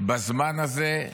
בזמן הזה,